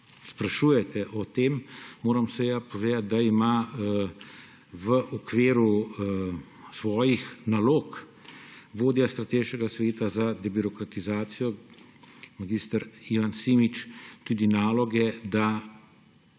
sprašujete o tem, moram seveda povedati, da ima v okviru svojih nalog vodja Strateškega sveta za debirokratizacijo mag. Ivan Simič tudi nalogo, da